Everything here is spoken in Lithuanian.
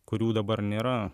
kurių dabar nėra